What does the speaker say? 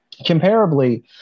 Comparably